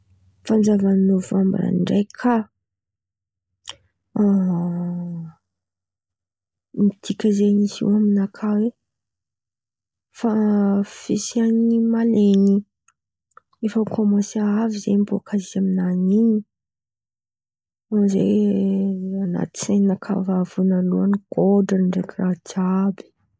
Fanjava ny Nôvambra ndraiky kà midika zen̈y izy io amy nakà hoe faha- fisian̈y malen̈y, efa kômansy avy zen̈y bôka izy amin̈any in̈y. Irô zen̈y an̈aty sain̈akà vônaloan̈y gôdra ndraiky raha jiàby.